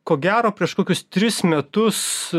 ko gero prieš kokius tris metus